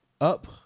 Up